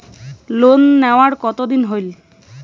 Loan নেওয়ার কতদিন হইল?